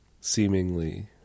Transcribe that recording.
seemingly